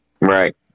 Right